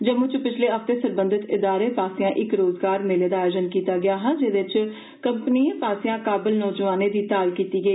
जम्मू च पिच्छले हफ्ते सरबंधत इदारे पास्सेआ इक रोजगार मेले दा आयोजन कीता गेआ हा जेह्दे च कंपनिएं पास्सेआ काबल नौजवानें दी ताल कीती गेई